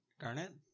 Garnet